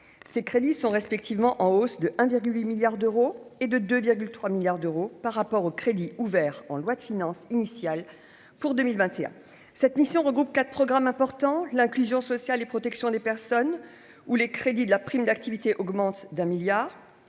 ces crédits sont respectivement en hausse de 1 8 milliards d'euros et de deux 3 milliards d'euros par rapport aux crédits ouverts en loi de finances initiale pour 2021 cette mission regroupe 4 programmes importants l'inclusion sociale et protection des personnes ou les crédits de la prime d'activité augmente d'un milliard